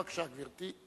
בבקשה, גברתי.